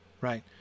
right